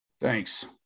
thanks